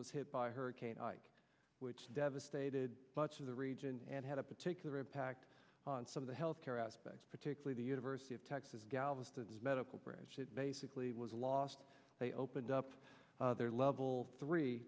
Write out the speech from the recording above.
was hit by hurricane ike which devastated much of the region and had a particular impact on some of the health care aspects particularly the university of texas galveston's medical branch it basically was lost they opened up their level three